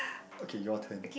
okay your turn